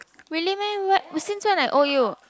really meh w~ since when I owe you